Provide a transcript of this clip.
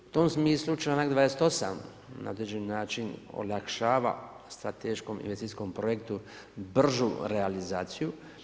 U tom smislu čl.28. na određen način, olakšava strateškom investicijskom projektu bržu realizaciju.